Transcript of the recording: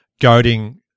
goading